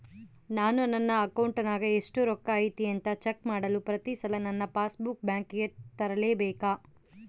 ನಾನು ನನ್ನ ಅಕೌಂಟಿನಾಗ ಎಷ್ಟು ರೊಕ್ಕ ಐತಿ ಅಂತಾ ಚೆಕ್ ಮಾಡಲು ಪ್ರತಿ ಸಲ ನನ್ನ ಪಾಸ್ ಬುಕ್ ಬ್ಯಾಂಕಿಗೆ ತರಲೆಬೇಕಾ?